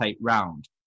round